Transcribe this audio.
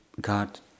God